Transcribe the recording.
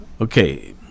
Okay